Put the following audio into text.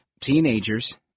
teenagers